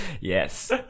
Yes